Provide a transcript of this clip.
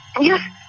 Yes